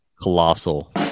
colossal